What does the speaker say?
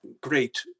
great